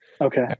Okay